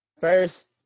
first –